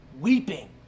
weeping